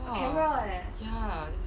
!wah! ya